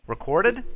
Recorded